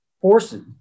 forces